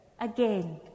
again